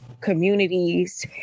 communities